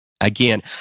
Again